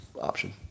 option